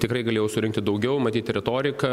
tikrai galėjau surinkti daugiau matyt retorika